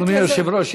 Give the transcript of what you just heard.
אדוני היושב-ראש,